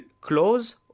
close